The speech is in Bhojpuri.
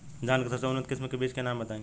धान के सबसे उन्नत किस्म के बिज के नाम बताई?